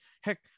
Heck